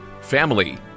family